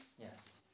Yes